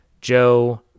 Joe